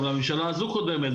גם לממשלה לזו הקודמת,